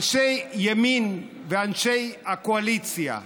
אנשי ימין ואנשי הקואליציה: